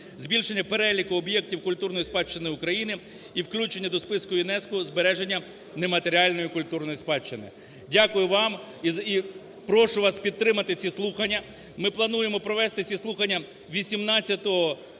збільшення переліку об'єктів культурної спадщини України і включення до Списку ЮНЕСКО збереження нематеріальної культурної спадщини. Дякую вам і прошу вас підтримати ці слухання. Ми плануємо провести ці слухання 18